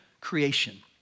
creation